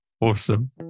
Awesome